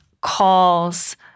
calls